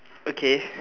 okay